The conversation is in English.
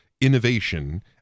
innovation